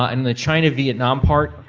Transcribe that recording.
ah in the china-vietnam part,